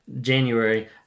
january